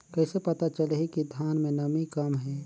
कइसे पता चलही कि धान मे नमी कम हे?